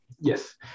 Yes